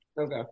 Okay